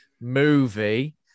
movie